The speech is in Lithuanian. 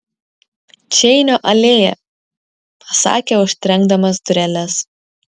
čeinio alėja pasakė užtrenkdamas dureles